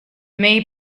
may